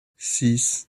six